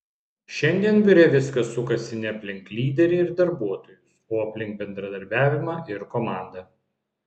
šiandien biure viskas sukasi ne aplink lyderį ir darbuotojus o aplink bendradarbiavimą ir komandą